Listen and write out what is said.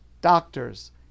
doctors